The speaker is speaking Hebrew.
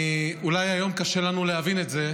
אולי היום קשה לנו להבין את זה,